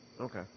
Okay